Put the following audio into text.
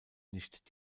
nicht